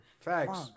Facts